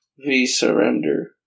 V-surrender